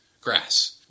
grass